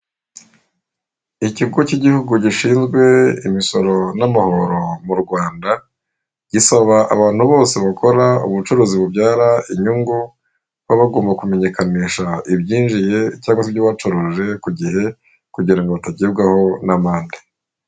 Ikigo cy'igihugu gishinzwe imisoro n'amahoro mu Rwanda gisaba abantu bose bakora ubucuruzi bubyara inyungu baba bagomba kumenyekanisha ibyinjiye cyangwa ibyo bacuruje ku gihe kugira ngo batagebwaho n'amande.